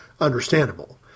understandable